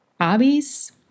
hobbies